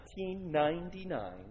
1999